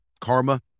karma